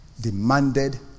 demanded